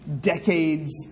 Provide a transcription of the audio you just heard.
decades